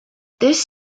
this